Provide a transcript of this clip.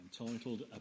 entitled